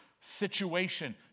situation